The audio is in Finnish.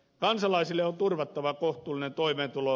kansalaisille on turvattava kohtuullinen toimeentulo